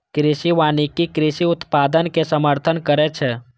कृषि वानिकी कृषि उत्पादनक समर्थन करै छै